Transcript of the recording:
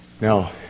Now